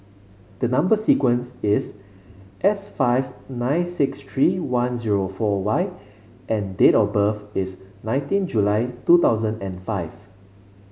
the number sequence is S five nine six three one zero four Y and date of birth is nineteen July two thousand and five